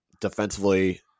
defensively